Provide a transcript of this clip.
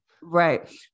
Right